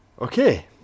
Okay